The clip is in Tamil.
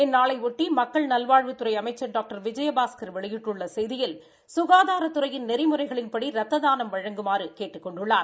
இந்நாளையொட்டி மக்கள் நல்வாழ்வுத்துறை அமைச்சள் டாக்டர் விஜயபாஸ்கள் வெளியிட்டுள்ள செய்தியில் சுகாதாரத்துறையின் நெறிமுறைகளின்படி ரத்த தானம் வழங்குமாறு கேட்டுக் கொண்டுள்ளார்